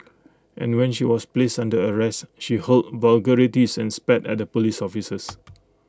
and when she was placed under arrest she hurled vulgarities and spat at the Police officers